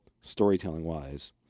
storytelling-wise